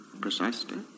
Precisely